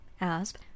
ASP